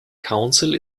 council